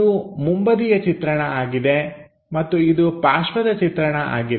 ಇದು ಮುಂಬದಿಯ ಚಿತ್ರಣ ಆಗಿದೆ ಮತ್ತು ಇದು ಪಾರ್ಶ್ವದ ಚಿತ್ರಣ ಆಗಿದೆ